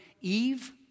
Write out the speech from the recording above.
Eve